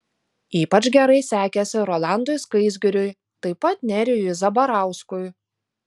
ypač gerai sekėsi rolandui skaisgiriui taip pat nerijui zabarauskui